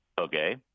Okay